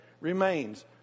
remains